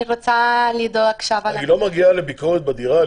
רוצה לדאוג --- היא לא מגיעה לביקורת בדירה?